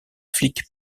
flic